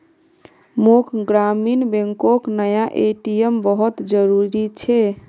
मोक ग्रामीण बैंकोक नया ए.टी.एम बहुत जरूरी छे